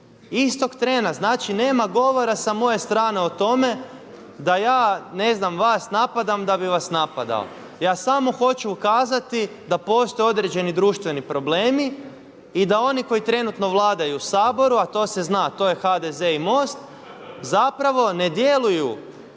Istog trena, znači nema govora sa moje strane o tome da ja ne znam vas napadam da bi vas napadao. Ja samo hoću ukazati da postoje određeni društveni problemi i da oni koji trenutno vladaju u Saboru, a to se zna, to je HDZ i MOST zapravo ne djeluju